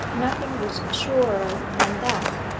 nothing was surer than that.